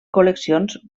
col·leccions